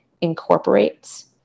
incorporates